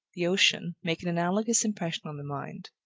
the ocean, make an analogous impression on the mind.